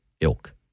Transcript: ilk